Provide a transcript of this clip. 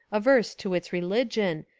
averse to its reli gion,